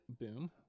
Boom